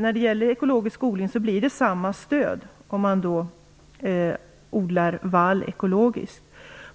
För ekologisk odling blir det samma stöd om man odlar vall ekologiskt.